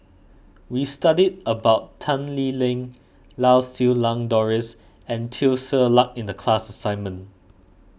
we studied about Tan Lee Leng Lau Siew Lang Doris and Teo Ser Luck in the class assignment